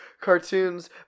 cartoons